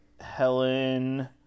Helen